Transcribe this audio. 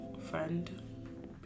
friend